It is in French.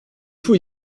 faut